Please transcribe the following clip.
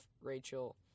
Rachel